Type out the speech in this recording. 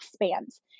expands